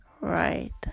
right